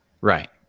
Right